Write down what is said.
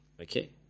Okay